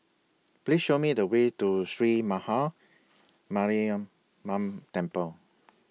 Please Show Me The Way to Sree Maha Mariamman Temple